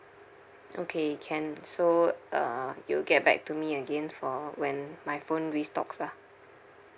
okay can so uh you'll get back to me again for when my phone restocks lah